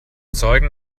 zeugen